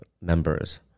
members